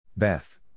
Beth